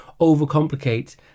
overcomplicate